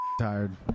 tired